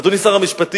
אדוני שר המשפטים,